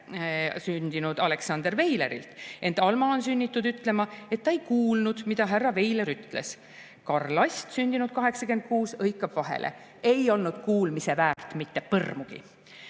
sündinud Aleksander Veilerilt, ent Alma on sunnitud ütlema, et ta ei kuulnud, mida härra Veiler ütles. Karl Ast, sündinud 1886 Orava vallas, hõikab vahele: "Ei olnud kuulmise väärt mitte põrmugi!""